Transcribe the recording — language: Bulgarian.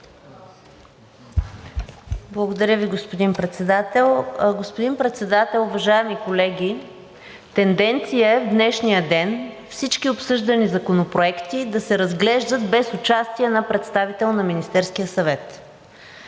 Благодаря Ви, господин Председател. Господин Председател, уважаеми колеги, тенденция е в днешния ден всички обсъждани законопроекти да се разглеждат без участие на представител на Министерския съвет.